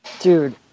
dude